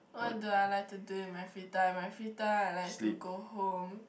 what do I like to do in my free time my free time I like to go home